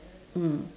mm